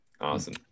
awesome